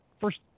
first